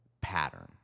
pattern